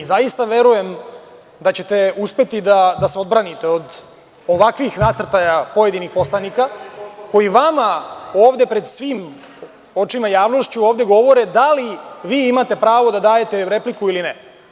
Zaista verujem da ćete uspeti da se odbranite od ovakvih nasrtaja pojedinih poslanika, koji vama ovde pred svim očima javnošću ovde govore da li vi imate pravo da dajete repliku ili ne.